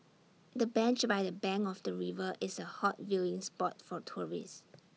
the bench by the bank of the river is A hot viewing spot for tourists